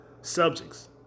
subjects